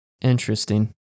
Interesting